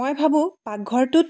মই ভাবোঁ পাকঘৰটোত